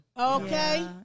Okay